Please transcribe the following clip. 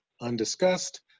Undiscussed